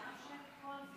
מה שמאפשר את כל זה,